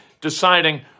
deciding